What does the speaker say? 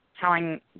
telling